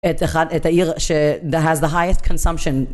את העיר ש-has the highest consumption